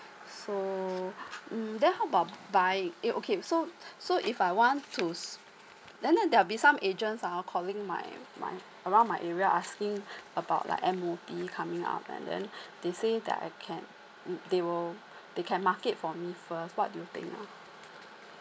so mm then how about buy it uh okay so so if I want to and then there will be some agents uh calling my my around my area asking about like M_O_P coming out and then they say that I can um they will they can market for me first what do you think ah